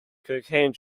cocaine